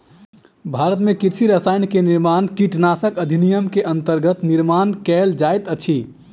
भारत में कृषि रसायन के निर्माण कीटनाशक अधिनियम के अंतर्गत निर्माण कएल जाइत अछि